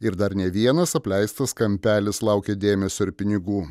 ir dar ne vienas apleistas kampelis laukia dėmesio ir pinigų